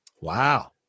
Wow